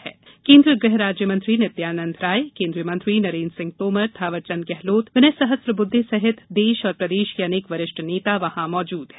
इस दौरान केन्द्रीय गृह राज्यमंत्री नित्यानंद राय केन्द्रीय मंत्री नरेन्द्र सिंह तोमर थावरचंद गहलोत विनय सहस्त्रबुद्दे सहित देश और प्रदेश के अनेक वरिष्ठ नेता मौजूद रहे